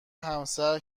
همسر